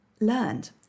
learned